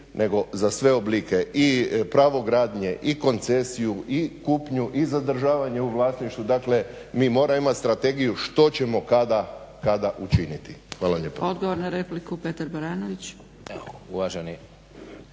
nego za sve oblike i pravo gradnje, i koncesiju, i kupnju i zadržavanje u vlasništvu, dakle mi moramo imati strategiju što ćemo kada učiniti. Hvala lijepo.